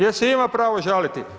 Jel se ima pravo žaliti?